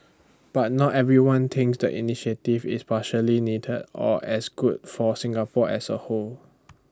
but not everyone thinks the initiative is partially needed or as good for Singapore as A whole